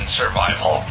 survival